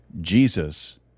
Jesus